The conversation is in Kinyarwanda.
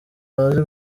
bazi